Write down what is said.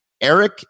Eric